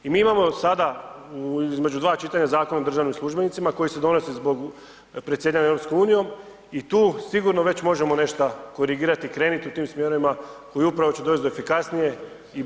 I mi imamo sada između 2 čitanja Zakon o državnim službenicima koji se donosi zbog predsjedanja EU i tu sigurno već možemo nešto korigirati i krenuti u tim smjerovima koji upravo će doći do efikasnije i bolje uprave.